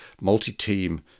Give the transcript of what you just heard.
multi-team